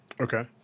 Okay